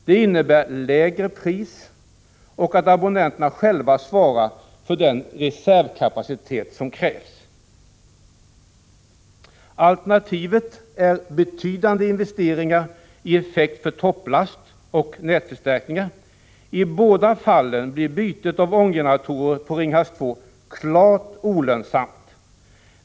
Det innebär lägre pris och att abonnenterna själva svarar för den reservkapacitet som krävs. Alternativet är betydande investeringar i effekt för topplast och nätförstärkningar. I båda fallen blir bytet av ånggeneratorer på Ringhals 2 klart olönsamt.